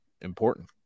important